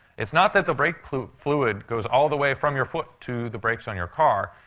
it's not that the brake fluid fluid goes all the way from your foot to the brakes on your car.